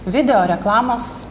video reklamos